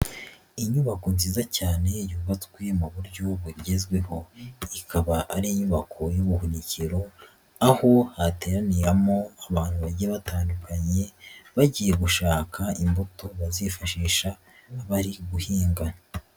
Inyubako nziza cyane yubatswe mu buryo bugezweho. Iyi ikaba ari inyubako y'ubuhunikiro, aho hateraniramo abantu bajya batandukanye, bagiye gushaka imbuto bazifashisha, bari guhinga.